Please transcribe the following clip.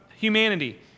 humanity